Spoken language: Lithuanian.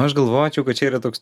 aš galvočiau kad čia yra toks